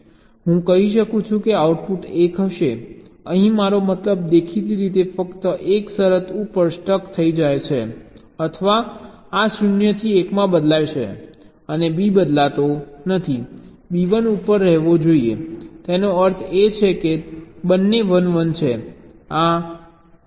હું કહી શકું છું કે આઉટપુટ 1 હશે અહીં મારો મતલબ દેખીતી રીતે ફક્ત 1 શરત ઉપર સ્ટક થઈ જાય છે અથવા આ 0 થી 1 માં બદલાય છે અને B બદલાતો નથી B 1 ઉપર રહેવો જોઈએ તેનો અર્થ એ છે કે બંને 1 1 છે